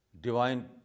divine